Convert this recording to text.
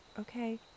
Okay